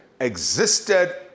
existed